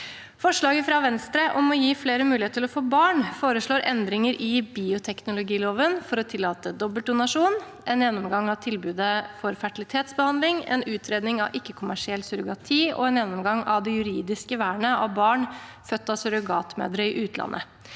Forslaget fra Venstre om å gi flere muligheten til å få barn foreslår endringer i bioteknologiloven for å tillate dobbeltdonasjon, en gjennomgang av tilbudet av infertilitetsbehandling, en utredning av ikke-kommersiell surrogati og en gjennomgang av det juridiske vernet av barn født av surrogatmødre i utlandet.